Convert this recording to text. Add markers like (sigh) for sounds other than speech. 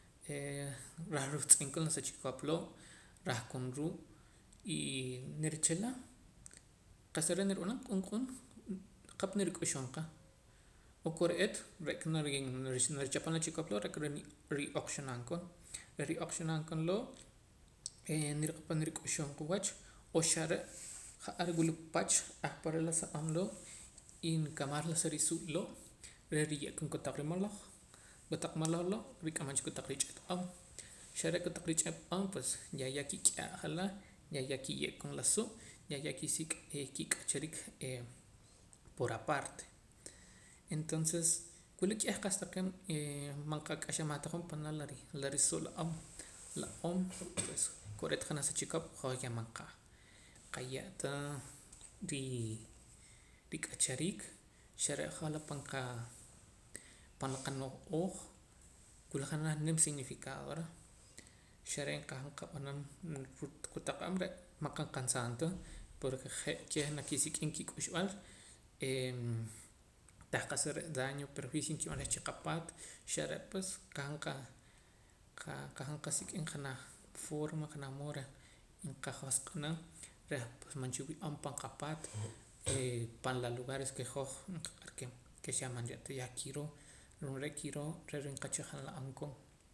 (hesitation) Reh rahtz'in koon la sa chikop loo' rah koon ruu' (hesitation) nirichila qa'sa re' nirib'anam q'uun q'uun riqam nirik'uxum qa o kore'eet re'ka nari narichapam la chikop loo' re'ka reh ri'oqxanam koon reh ri'oqxanam koon loo' eh niriqapam rik'uxum qa wach o xa re' ja'ar wula pach ahpare' la sa om loo' inkamaj ar la si risuuq' loo' reh riye'koon kotaq rimaloj kotaq maloj loo' rik'amam cha kotaq rich'eet om xa re' kotaq rich'eet om pues yaya ki'k'ejala yaya nkiye'koon la suuq yaya nkisik' kik'achariik eh por aparte entonces wila k'eh qa'sa taqee' eh man qak'axamaj ta hoj panaa' la panaa' la risuuq' la om la om kore'eet janaj sa chikop hoj man yah qa qaye'ta rii rik'achariik xa re' hoj la pan qaa pan la qano'ooj wula janaj nim significado reh xa re' nqaa qab'anam ruu' kotaq om re' man qa kansaam ta porque je' keh naak kisik'im kik'uxb'aal eh tah qa'sa re' daño o perjucio nkib'an reh chi qapaat xa re' pues qajam qa qajaam qasik'im janaj forma qa'nah mood reh nqajosq'ana reh pues man cha nwii' om pan qapaat eh pan la lugares ke hoj nqaq'ar ke xa man yah re'ta yah kiroo ru'uum re' kiroo re're' nqacha'jeem la om koon